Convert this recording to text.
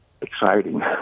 exciting